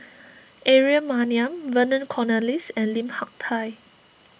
Aaron Maniam Vernon Cornelius and Lim Hak Tai